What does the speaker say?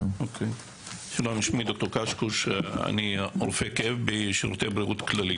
שלום, אני רופא כאב בשירותי בריאות כללית.